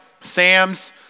Sam's